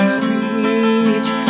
speech